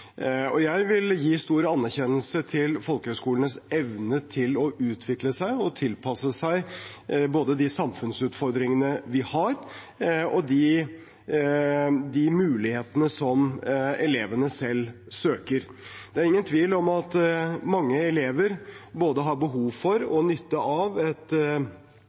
Jeg vil gi stor anerkjennelse til folkehøyskolenes evne til å utvikle seg og tilpasse seg både de samfunnsutfordringene vi har, og de mulighetene som elevene selv søker. Det er ingen tvil om at mange elever både har behov for og nytte av